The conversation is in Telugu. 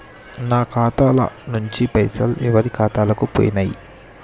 నా ఖాతా ల నుంచి పైసలు ఎవరు ఖాతాలకు పోయినయ్?